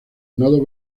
nodo